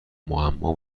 معما